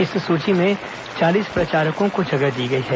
इस सूची में चालीस प्रचारकों को जगह दी गई है